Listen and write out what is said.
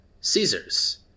Caesar's